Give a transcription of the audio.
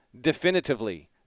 definitively